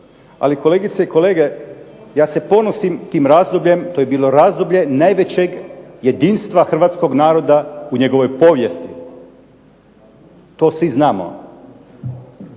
Ali, kolegice i kolege, ja se ponosim tim razdobljem. To je bilo razdoblje najvećeg jedinstva hrvatskog naroda u njegovoj povijesti. To svi znamo.